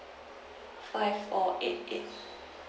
five four eight eight